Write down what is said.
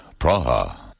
Praha